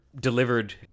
delivered